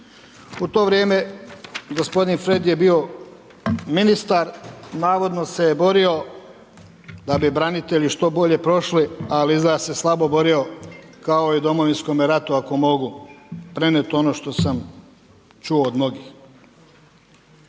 U to vrijeme gospodin Fred je bio ministar. Navodno se je borio da bi branitelji što bolje prošli, ali izgleda da se slabo borio kao i u Domovinskome rate, ako mogu prenijet ono što sam čuo od mnogih.